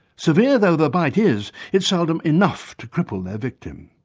severe though the bite is, it's seldom enough to cripple their victim,